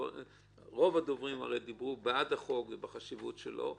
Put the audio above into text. רוב הדוברים הרי דיברו בעד החוק ועל החשיבות שלו.